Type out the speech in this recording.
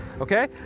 okay